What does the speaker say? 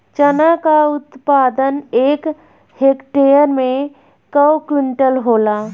चना क उत्पादन एक हेक्टेयर में कव क्विंटल होला?